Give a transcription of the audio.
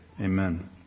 Amen